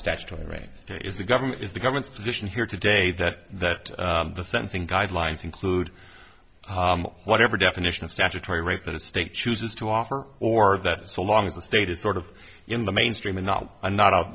statutory rape if the government is the government's position here today that that the sentencing guidelines include whatever definition of statutory rape that state chooses to offer or that so long as the state is sort of in the mainstream and not a not